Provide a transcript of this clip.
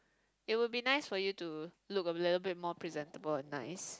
it will be nice for you to look a little bit more presentable and nice